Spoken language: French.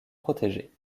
protégé